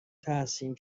تحسین